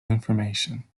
information